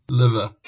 liver